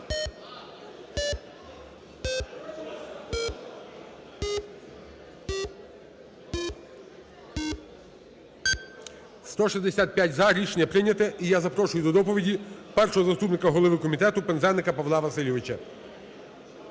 За-165 Рішення прийнято. І я запрошую до доповіді першого заступника голови комітету Пинзеника Павла Васильовича.